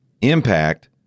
impact